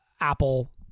Apple